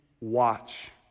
watch